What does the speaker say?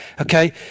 okay